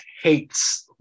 hates